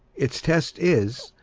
its test is,